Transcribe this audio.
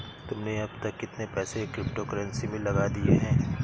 तुमने अब तक कितने पैसे क्रिप्टो कर्नसी में लगा दिए हैं?